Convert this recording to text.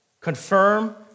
confirm